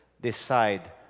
decide